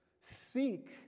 Seek